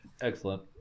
Excellent